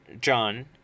John